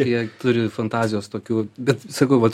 ir jie turi fantazijos tokių bet sakau vat